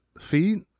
feet